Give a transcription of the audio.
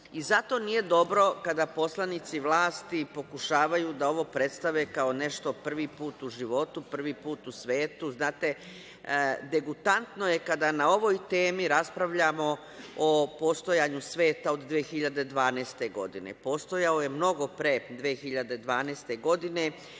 nije dobro kada poslanici vlasti pokušavaju da ovo predstave kao nešto prvi put u životu, prvi put u svetu, znate, degutantno je kada na ovoj temi raspravljamo o postojanju sveta od 2012. godine, postojao je mnogo pre 2012. godine,